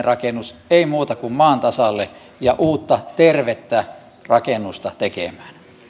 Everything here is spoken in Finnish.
rakennus ei muuta kuin maan tasalle ja uutta tervettä rakennusta tekemään